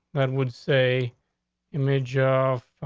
that would say image ah of,